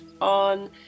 on